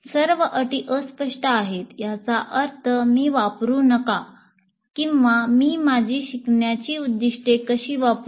सर्व अटी अस्पष्ट आहेत याचा अर्थ मी वापरू नका किंवा मी माझी शिकण्याची उद्दीष्टे कशी वापरू